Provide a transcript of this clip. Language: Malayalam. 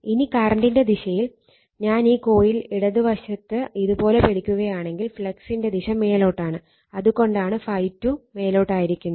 ഇനി കറണ്ടിന്റെ ദിശയിൽ ഞാൻ ഈ കോയിൽ ഇടത് വശത്ത് ഇത് പോലെ പിടിക്കുകയാണെങ്കിൽ ഫ്ളക്സിൻറെ ദിശ മേലോട്ടാണ് അത് കൊണ്ടാണ് ∅2 മേലോട്ടായിരിക്കുന്നത്